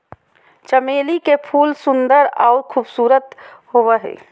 चमेली के फूल सुंदर आऊ खुशबूदार होबो हइ